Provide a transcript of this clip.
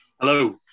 Hello